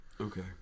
okay